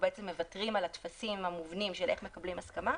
בעצם מוותרים על הטפסים המובנים של איך מקבלים הסכמה,